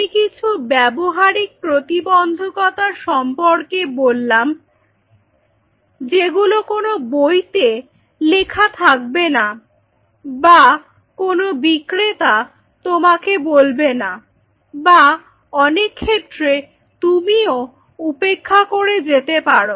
আমি কিছু ব্যবহারিক প্রতিবন্ধকতা সম্পর্কে বললাম যেগুলো কোনো বইতে লেখা থাকবে না বা কোন বিক্রেতা তোমাকে বলবে না বা অনেক ক্ষেত্রে তুমিও উপেক্ষা করে যেতে পারো